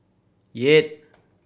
eight